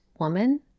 woman